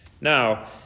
Now